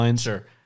Sure